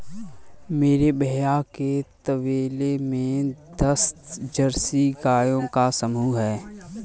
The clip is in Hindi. मेरे भैया के तबेले में दस जर्सी गायों का समूह हैं